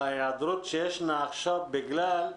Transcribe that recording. ישנם חוסרים בתשתיות.